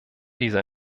dieser